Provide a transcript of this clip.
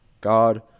God